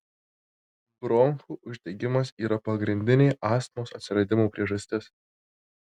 bronchų uždegimas yra pagrindinė astmos atsiradimo priežastis